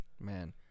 man